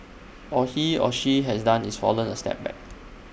all he or she has done is fallen A step back